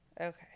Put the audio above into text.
Okay